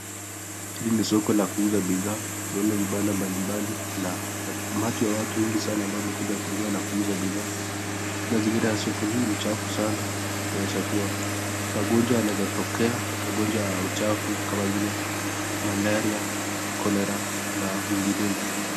Hii ni soko LA kuuza pidhaa tuno mbalimbali na umati wa watu wengi wamekuja kununua na kuuza pidhaa mazigira ya soko hii ni chafu sana naona inaesakuwa magonjwa yanaweza tokea magonjwa ya uchafu kama vile maleria, kolera na vinginevyo.